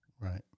right